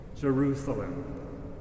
Jerusalem